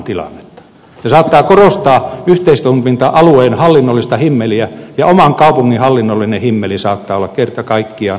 se saattaa korostaa yhteistoiminta alueen hallinnollista himmeliä ja oman kaupungin hallinnollinen himmeli saattaa olla kerta kaikkiaan aika monimutkainen